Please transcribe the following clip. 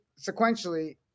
sequentially